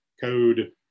code